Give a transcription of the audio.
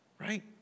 right